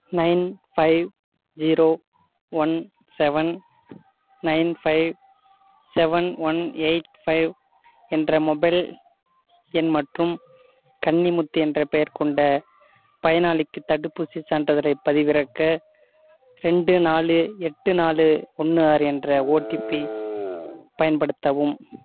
nine five zero one seven nine five seven one eight five என்ற mobile எண் மற்றும் கன்னிமுத்து என்ற பெயர் கொண்ட பயனாளிக்கு தடுப்பூசிச் சான்றிதழைப் பதிவிறக்க ரெண்டு நாலு எட்டு நாலு ஒன்று ஆறு என்ற ஓடிபி பயன்படுத்தவும்